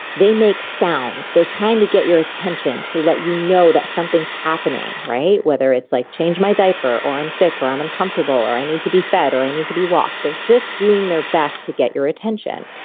they make sounds. they're trying to get your attention to let you know that something's happening, whether it's like change my diaper or i'm sick or i'm uncomfortable or i need to be fed or i need to be walked. they're just doing their best to get your attention.